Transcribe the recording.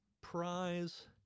Prize